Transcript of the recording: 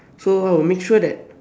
so I would make sure that